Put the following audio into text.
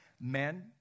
Men